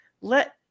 let